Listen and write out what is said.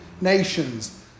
nations